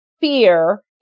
fear